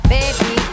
Baby